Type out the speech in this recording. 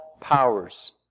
powers